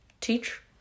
teach